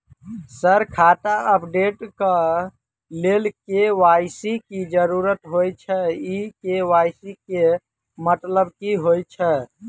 Sir खाता update करऽ लेल के.वाई.सी की जरुरत होइ छैय इ के.वाई.सी केँ मतलब की होइ छैय?